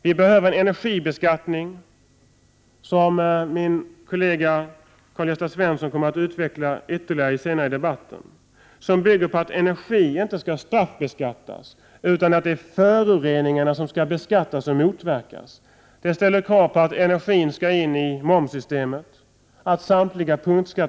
Vi behöver en energibeskattning som bygger på att energi inte skall straffbeskattas utan på att det är föroreningarna som skall beskattas och motverkas. Min kollega Karl-Gösta Svenson kommer att ytterligare utveckla detta senare i debatten.